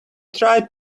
tried